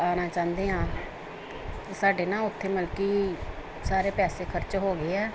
ਆਉਣਾ ਚਾਹੁੰਦੇ ਹਾਂ ਅਤੇ ਸਾਡੇ ਨਾ ਉੱਥੇ ਮਲ ਕਿ ਸਾਰੇ ਪੈਸੇ ਖਰਚ ਹੋ ਗਏ ਆ